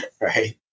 right